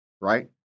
right